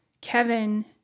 Kevin